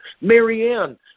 Marianne